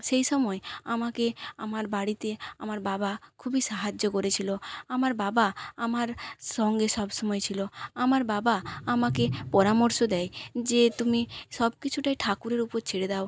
সেই সময় আমাকে আমার বাড়িতে আমার বাবা খুবই সাহায্য করেছিলো আমার বাবা আমার সঙ্গে সব সময় ছিলো আমার বাবা আমাকে পরামর্শ দেয় যে তুমি সব কিছুটাই ঠাকুরের উপর ছেড়ে দাও